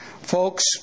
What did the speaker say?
Folks